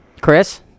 Chris